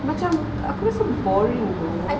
macam aku rasa boring though